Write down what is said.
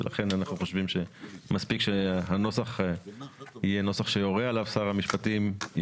ולכן מספיק שהנוסח יהיה שיורה עליו שר המשפטים,